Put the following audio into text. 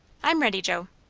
i'm ready, joe.